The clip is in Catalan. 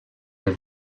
del